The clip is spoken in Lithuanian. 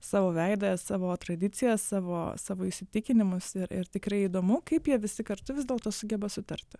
savo veidą savo tradicijas savo savo įsitikinimus ir ir tikrai įdomu kaip jie visi kartu vis dėlto sugeba sutarti